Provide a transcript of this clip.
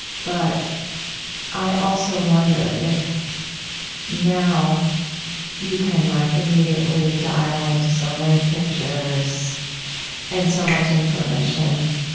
but i also wonder if now you can like immediately dial into so many pictures and so much information,